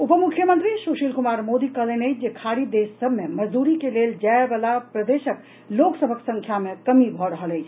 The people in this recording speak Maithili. उपमुख्यमंत्री सुशील कुमार मोदी कहलनि अछि जे खाड़ी देश सभ मे मजदूरी के लेल जायवला प्रदेशक लोक सभक संख्या मे कमी भऽ रहल अछि